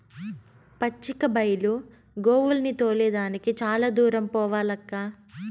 పచ్చిక బైలు గోవుల్ని తోలే దానికి చాలా దూరం పోవాలక్కా